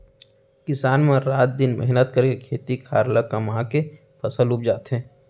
किसान मन रात दिन मेहनत करके खेत खार ल कमाके फसल उपजाथें